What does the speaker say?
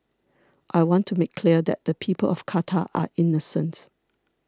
I want to make clear that the people of Qatar are innocent